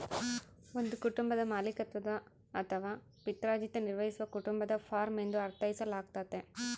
ಒಂದು ಕುಟುಂಬದ ಮಾಲೀಕತ್ವದ ಅಥವಾ ಪಿತ್ರಾರ್ಜಿತ ನಿರ್ವಹಿಸುವ ಕುಟುಂಬದ ಫಾರ್ಮ ಎಂದು ಅರ್ಥೈಸಲಾಗ್ತತೆ